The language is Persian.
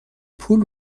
پول